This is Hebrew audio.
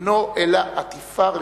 אינו אלא עטיפה ריקה.